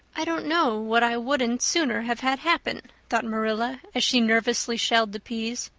i don't know what i wouldn't sooner have had happen, thought marilla, as she nervously shelled the peas.